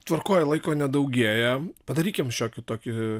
tvarkoj laiko nedaugėja padarykime šiokį tokį